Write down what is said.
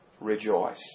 rejoice